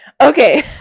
Okay